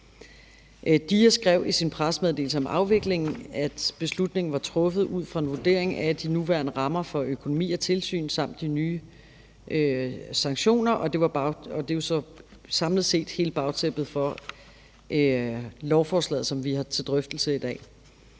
DIA skrev i sin pressemeddelelse om afviklingen, at beslutningen var truffet ud fra en vurdering af de nuværende rammer for økonomi og tilsyn samt de nye sanktioner, og det er jo så samlet set hele bagtæppet for lovforslaget, som vi har til drøftelse i dag.